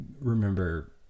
remember